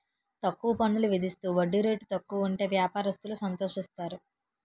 తక్కువ పన్నులు విధిస్తూ వడ్డీ రేటు తక్కువ ఉంటే వ్యాపారస్తులు సంతోషిస్తారు